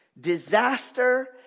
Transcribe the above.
disaster